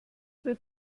wird